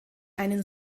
einen